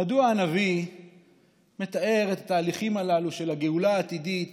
מדוע הנביא מתאר את התהליכים הללו של הגאולה העתידית